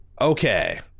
okay